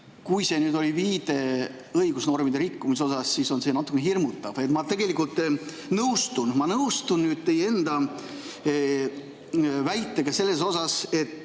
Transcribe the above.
Kui see nüüd oli viide õigusnormide rikkumisele, siis see on natukene hirmutav. Ma tegelikult nõustun, ma nõustun teie enda väitega, et